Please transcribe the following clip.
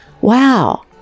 wow